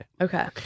Okay